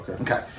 Okay